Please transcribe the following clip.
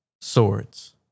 Swords